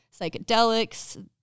psychedelics